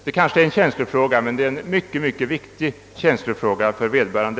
Det kanske är en känslofråga, men det är en mycket viktig sådan för vederbörande.